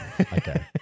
Okay